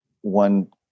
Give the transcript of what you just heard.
one